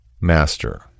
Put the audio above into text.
Master